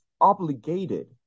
obligated